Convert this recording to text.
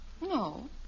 No